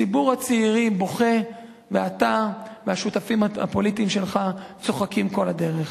ציבור הצעירים בוכה ואתה והשותפים הפוליטיים שלך צוחקים כל הדרך.